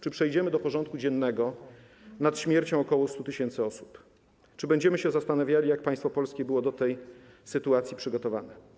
Czy przejdziemy do porządku dziennego nad śmiercią ok. 100 tys. osób, czy będziemy się zastanawiali, jak państwo polskie było do tej sytuacji przygotowane?